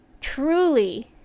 truly